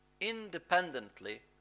independently